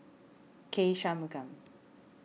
K Shanmugam